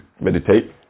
meditate